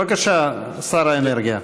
בבקשה, שר האנרגיה.